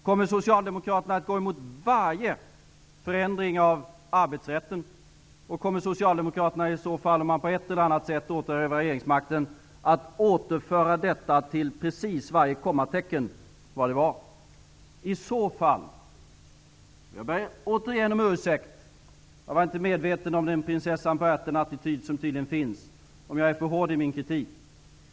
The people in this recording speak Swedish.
Kommer socialdemokraterna att gå emot varje förändring av arbetsrätten, och kommer de, om de återerövrar regeringsmakten, att till precis varje kommatecken återföra arbetsrätten till vad den har varit? Jag ber återigen om ursäkt -- jag var inte medveten om den prinsessan-på-ärten-attityd som tydligen finns -- om jag är för hård i min kritik.